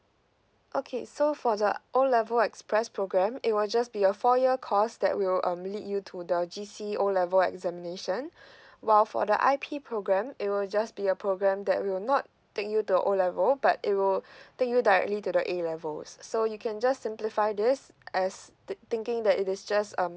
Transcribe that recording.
okay so for the O level express program it will just be a four year course that will um lead you to the G C O level examination while for the I P program it will just be a program that will not take you to the O level but it will take you directly to the A levels so you can just simplify this as thi~ thinking that it is just um